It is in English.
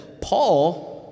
Paul